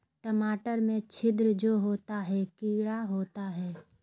टमाटर में छिद्र जो होता है किडा होता है?